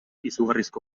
izugarrizko